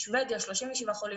שבדיה 37 חולים.